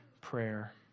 prayer